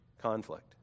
conflict